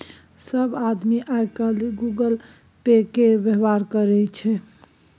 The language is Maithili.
सभ आदमी आय काल्हि गूगल पे केर व्यवहार करैत छै